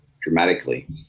dramatically